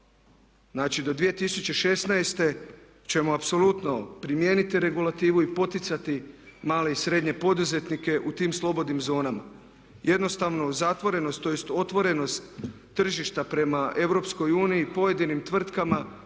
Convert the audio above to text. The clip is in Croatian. Znači do 2016. ćemo apsolutno primijeniti regulativu i poticati male i srednje poduzetnike u tim slobodnim zonama. Jednostavno zatvorenost tj. otvorenost tržišta prema EU i pojedinim tvrtkama